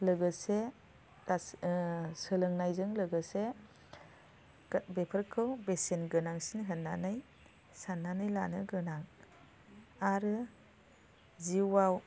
लोगोसे सोलोंनायजों लोगोसे बेफोरखौ बेसेन गोनांसिन होननानै साननानै लानो गोनां आरो जिउआव